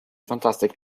fantastic